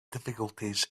difficulties